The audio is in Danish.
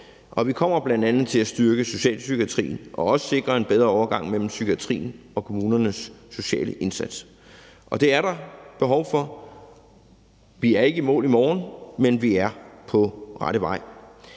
vi kommer bl.a. til at styrke socialpsykiatrien og også sikre en bedre overgang mellem psykiatrien og kommunernes sociale indsats. Og det er der behov for, vi er ikke i mål i morgen, men vi er på rette vej.